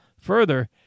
Further